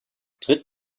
tritt